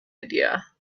idea